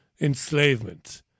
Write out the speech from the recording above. enslavement